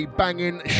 banging